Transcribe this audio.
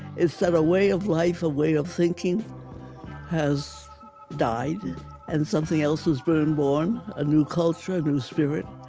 it's that a way of life, a way of thinking has died and something else has been born a new culture, a new spirit.